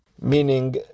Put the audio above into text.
Meaning